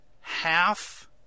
half